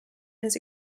his